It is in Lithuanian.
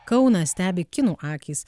kauną stebi kinų akys